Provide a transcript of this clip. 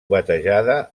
batejada